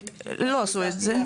הקבילות לא עשו את זה.